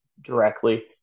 directly